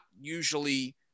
usually